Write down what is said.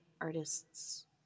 artists